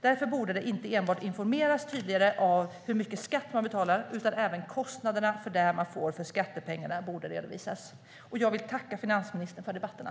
Därför borde det inte enbart informeras tydligare om hur mycket skatt man betalar, utan även kostnaderna för det man får för skattepengarna borde redovisas. Jag vill tacka finansministern för debatterna.